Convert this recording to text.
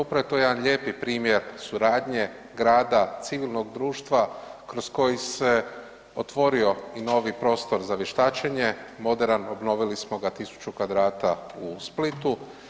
Upravo to je jedan lijepi primjer suradnje grada civilnog društva kroz koji se otvorio i novi prostor za vještačenje, moderan, obnovili smo ga 1000 m2 u Splitu.